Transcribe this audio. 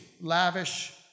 lavish